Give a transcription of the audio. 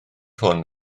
hwn